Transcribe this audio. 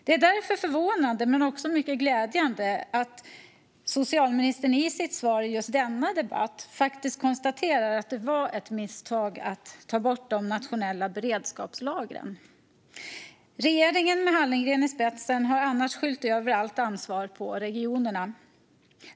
Det är därför förvånande men också mycket glädjande att socialministern i sitt svar i just denna debatt faktiskt konstaterar att det var ett misstag att ta bort de nationella beredskapslagren. Regeringen med Hallengren i spetsen har annars skyllt allt på regionerna.